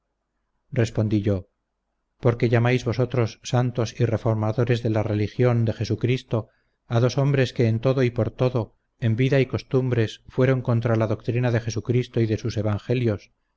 respondí yo por qué llamáis vosotros santos y reformadores de la religión de jesucristo a dos hombres que en todo y por todo en vida y costumbres fueron contra la doctrina de jesucristo y de sus evangelios